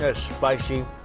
ah spicy,